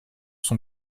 son